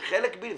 זה חלק בלתי נפרד.